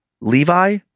Levi